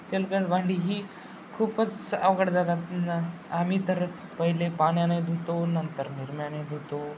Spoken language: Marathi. तेलकट भांडी ही खूपच अवघड जातात ना आम्ही तर पहिले पाण्याने धुतो नंतर निरम्याने धुतो